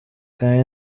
kandi